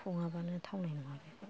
सङाबानो थावनाय नङा बे